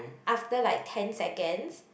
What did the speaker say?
after like ten seconds